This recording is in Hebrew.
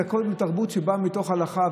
זה הכול תרבות שבאה מתוך הלכה,